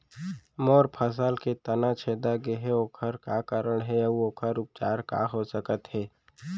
मोर फसल के तना छेदा गेहे ओखर का कारण हे अऊ ओखर उपचार का हो सकत हे?